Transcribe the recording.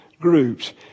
groups